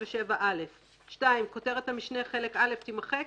57א)"; כותרת המשנה "חלק א'" תימחק,